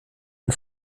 ein